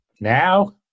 Now